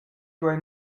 duei